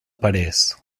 parés